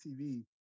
TV